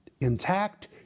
intact